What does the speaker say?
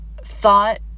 thought